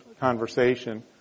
conversation